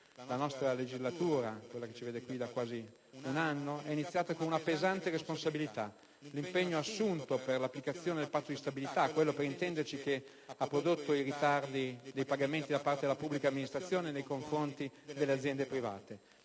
L'attuale legislatura, che ci vede qui da quasi un anno, è iniziata con una pesante responsabilità: l'impegno assunto per l'applicazione del Patto di stabilità, quello che, per intenderci, ha prodotto i ritardi dei pagamenti da parte della pubblica amministrazione nei confronti di aziende private,